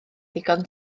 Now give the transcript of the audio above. ddigon